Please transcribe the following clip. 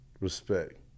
Respect